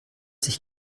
sich